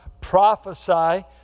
prophesy